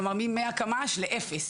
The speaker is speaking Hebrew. כלומר ממאה קמ"ש לאפס.